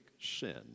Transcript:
sin